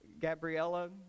Gabriella